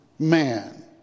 Man